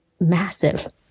massive